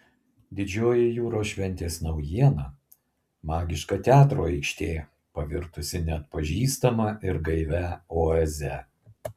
didžioji jūros šventės naujiena magiška teatro aikštė pavirtusi neatpažįstama ir gaivia oaze